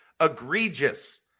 egregious